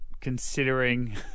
considering